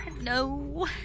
No